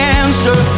answer